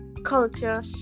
culture